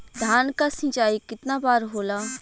धान क सिंचाई कितना बार होला?